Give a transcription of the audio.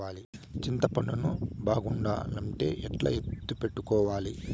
చింతపండు ను బాగుండాలంటే ఎట్లా ఎత్తిపెట్టుకోవాలి?